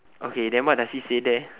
okay then what does he say there